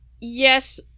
yes